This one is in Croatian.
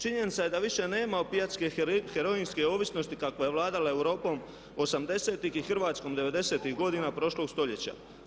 Činjenica je da više nema opijatske heroinske ovisnosti kakva je vladala Europom '80-ih i Hrvatskom '90-ih godina prošlog stoljeća.